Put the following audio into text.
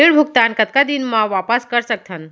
ऋण भुगतान कतका दिन म वापस कर सकथन?